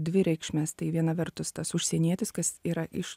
dvi reikšmes tai vieną vertus tas užsienietis kas yra iš